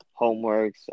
homeworks